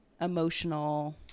emotional